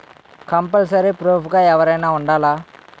Compulsory proof గా ఎవరైనా ఉండాలా?